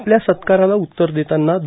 आपल्या सत्काराला उत्तर देताना द